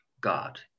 God